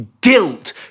guilt